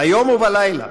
ביום ובלילה,